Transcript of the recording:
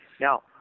Now